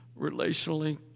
relationally